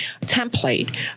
template